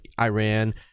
Iran